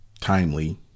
timely